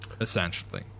essentially